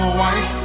white